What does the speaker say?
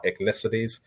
ethnicities